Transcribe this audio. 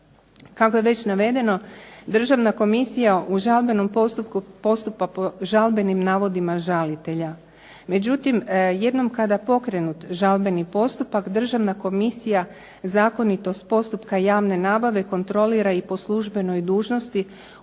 Kako je već navedeno Državna komisija u žalbenom postupku postupa po žalbenim navodima žalitelja. Međutim, jednom kada pokrenut žalbeni postupak Državna komisija zakonitost postupka javne nabave kontrolira i po službenoj dužnosti